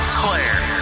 claire